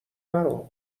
نرو